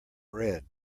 bread